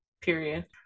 period